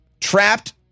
Trapped